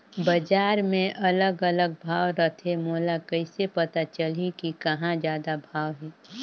बजार मे अलग अलग भाव रथे, मोला कइसे पता चलही कि कहां जादा भाव हे?